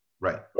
Right